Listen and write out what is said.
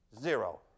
zero